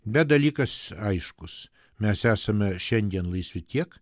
bet dalykas aiškus mes esame šiandien laisvi tiek